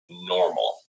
normal